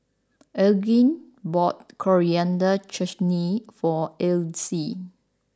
Elgin bought Coriander Chutney for Ellis